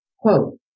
quote